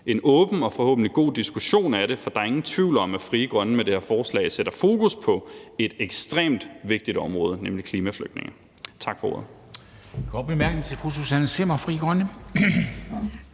en åben og forhåbentlig god diskussion af det, for der er ingen tvivl om, at Frie Grønne med det her forslag sætter fokus på et ekstremt vigtigt område, nemlig klimaflygtninge.